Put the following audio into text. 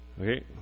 Okay